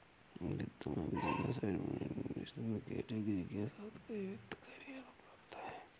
वित्त में business administration की डिग्री के साथ कई वित्तीय करियर उपलब्ध हैं